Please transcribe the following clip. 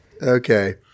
Okay